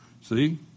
See